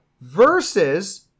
Versus